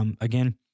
again